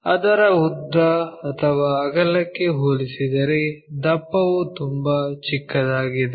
ಅದರ ಉದ್ದ ಅಥವಾ ಅಗಲಕ್ಕೆ ಹೋಲಿಸಿದರೆ ದಪ್ಪವು ತುಂಬಾ ಚಿಕ್ಕದಾಗಿದೆ